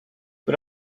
but